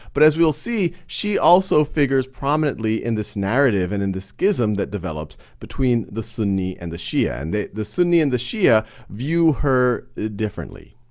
but, as we'll see, she also figures prominently in this narrative and in this schism that develops between the sunni and the shia. and the the sunni and the shia view her differently.